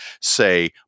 say